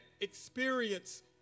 experience